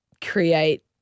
create